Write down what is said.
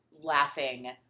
laughing